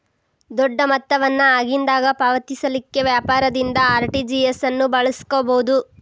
ದೊಡ್ಡ ಮೊತ್ತ ವನ್ನ ಆಗಿಂದಾಗ ಪಾವತಿಸಲಿಕ್ಕೆ ವ್ಯಾಪಾರದಿಂದ ಆರ್.ಟಿ.ಜಿ.ಎಸ್ ಅನ್ನು ಬಳಸ್ಕೊಬೊದು